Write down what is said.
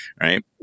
right